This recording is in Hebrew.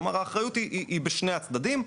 כלומר האחריות היא בשני הצדדים,